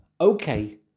okay